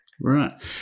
Right